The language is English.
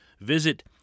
visit